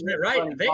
right